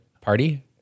Party